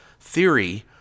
theory